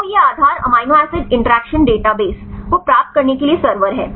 तो यह आधार एमिनो एसिड इंटरैक्शन डेटाबेस को प्राप्त करने के लिए सर्वर है